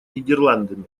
нидерландами